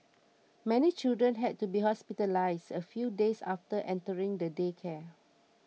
many children had to be hospitalised a few days after entering the daycare